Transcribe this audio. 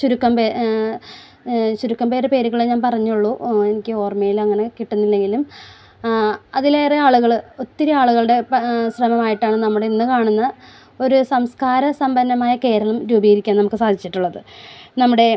ചുരുക്കം ചുരുക്കം പേര് പേരുകളെ ഞാൻ പറഞ്ഞുള്ളൂ എനിക്ക് ഓർമയിൽ അങ്ങനെ കിട്ടുന്നില്ലെങ്കിലും അതിലേറെ ആളുകൾ ഒത്തിരി ആളുകളുടെ ശ്രമമായിട്ടാണ് നമ്മൾ ഇന്ന് കാണുന്ന ഒരു സംസ്കാര സമ്പന്നമായ കേരളം രൂപീകരിക്കാൻ നമുക്ക് സാധിച്ചിട്ടുള്ളത് നമ്മുടെ